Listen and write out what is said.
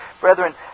Brethren